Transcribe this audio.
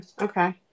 Okay